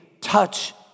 touch